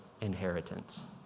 inheritance